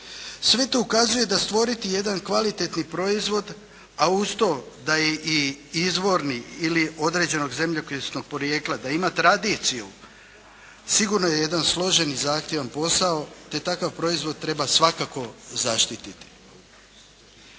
Sve to ukazuje da stvoriti jedan kvalitetni proizvod, a uz to da je i izvorni ili određenog zemljopisnog podrijetla, da ima tradiciju, sigurno je jedan složen i zahtjevan posao te takav proizvod treba svakako zaštititi.